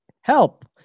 help